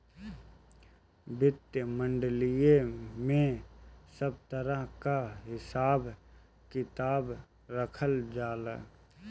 वित्तीय मॉडल में सब तरह कअ हिसाब किताब रखल जाला